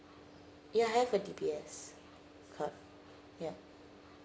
ya I have a D_B_S card yup